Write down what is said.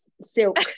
silk